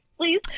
please